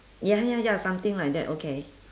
ya ya ya something like that okay